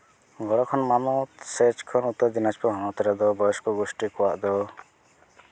ᱜᱚᱲᱚ ᱠᱷᱚᱱ ᱥᱮ ᱩᱛᱛᱚᱨ ᱫᱤᱱᱟᱡᱽᱯᱩᱨ ᱦᱚᱱᱚᱛ ᱨᱮᱫᱚ ᱵᱚᱭᱚᱥᱠᱚ ᱜᱚᱥᱴᱤ ᱠᱚᱣᱟᱜ ᱫᱚ